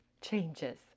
changes